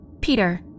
Peter